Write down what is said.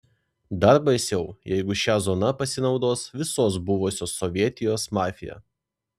dar baisiau jeigu šia zona pasinaudos visos buvusios sovietijos mafija